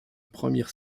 première